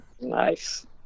Nice